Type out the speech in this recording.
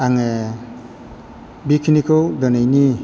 आङो बिखिनिखौ दोनैनि